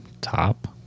top